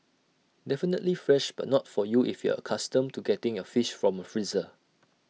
definitely fresh but not for you if you're accustomed to getting your fish from A freezer